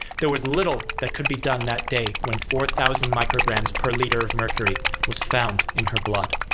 there was little that could be done that day when four thousand micrograms per liter mercury was found in her blood.